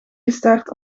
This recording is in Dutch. gestart